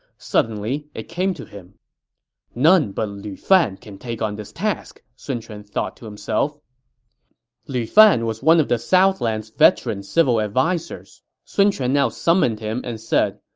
suddenly it came to him none but lu fan can take on this task, sun quan thought to himself lu fan was one of the southland's veteran civil advisers. sun quan now summoned him and said,